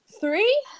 Three